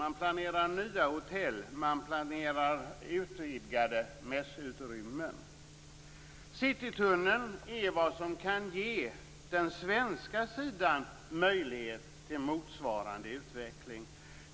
Man planerar också nya hotell och utvidgade mässutrymmen. Citytunneln är det som kan ge den svenska sidan möjligheter till en motsvarande utveckling.